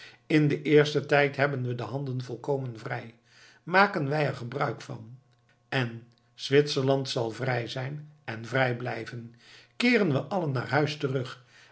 in den eersten tijd hebben we de handen volkomen vrij maken wij er gebruik van en zwitserland zal vrij zijn en vrij blijven keeren we allen naar huis terug